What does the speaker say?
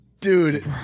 Dude